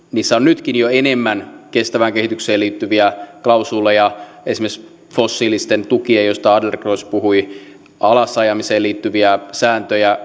niissä on nytkin jo enemmän kestävään kehitykseen liittyviä klausuuleja kuin useimmiten huomataan esimerkiksi fossiilisten tukien alasajamiseen mistä adlercreutz puhui liittyviä sääntöjä